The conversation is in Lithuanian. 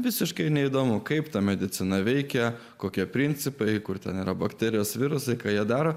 visiškai neįdomu kaip ta medicina veikia kokie principai kur ten yra bakterijos virusai ką jie daro